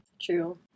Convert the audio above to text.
True